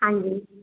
ਹਾਂਜੀ